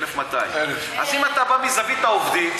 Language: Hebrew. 1,200. 1,000. אז אם אתה בא מזווית העובדים,